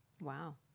Wow